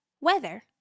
weather